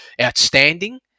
outstanding